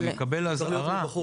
לא.